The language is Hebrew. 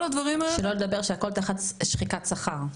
שלא לדבר שהכל תחת שחיקת שכר,